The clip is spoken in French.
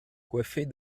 coiffée